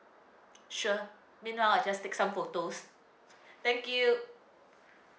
sure meanwhile I'll just take some photos thank you